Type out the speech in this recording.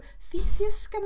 Theseus